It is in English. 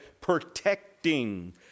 protecting